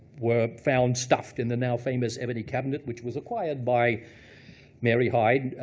were found stuffed in the now-famous ebony cabinet which was acquired by mary hyde,